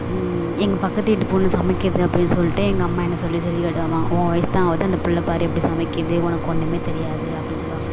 எங்கள் பக்கத்து வீட்டுப் பொண்ணு சமைக்கிது அப்படின்னு சொல்லிட்டு எங்கள் அம்மா என்னை சொல்லி சொல்லி காட்டுவாங்க உன் வயசு தான் ஆகுது அந்த பிள்ள பார் எப்படி சமைக்கிது உனக்கு ஒன்றுமே தெரியாது அப்படின்னு சொல்லுவாங்க